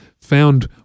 found